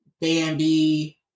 Bambi